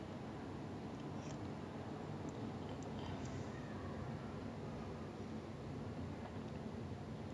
it's okay lah like at least now I know everyone at the neighbourhood I even know some of the people living inside the H_D_B blocks I sometimes go to their house after school just for lunch or dinner